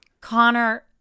Connor